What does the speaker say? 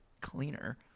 cleaner